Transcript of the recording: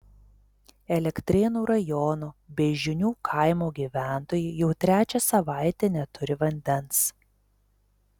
elektrėnų rajono beižionių kaimo gyventojai jau trečią savaitę neturi vandens